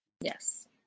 yes